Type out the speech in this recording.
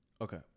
Okay